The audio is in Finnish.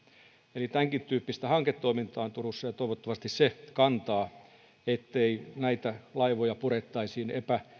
eli tämänkintyyppistä hanketoimintaa on turussa ja toivottavasti se kantaa ettei näitä laivoja purettaisi